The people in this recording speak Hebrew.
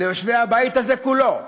ליושבי הבית הזה כולו,